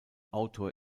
autor